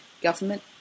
government